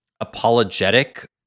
apologetic